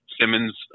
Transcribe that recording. Simmons